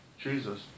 Jesus